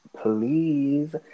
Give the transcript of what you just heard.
please